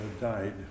died